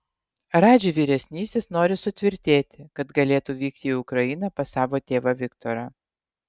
radži vyresnysis nori sutvirtėti kad galėtų vykti į ukrainą pas savo tėvą viktorą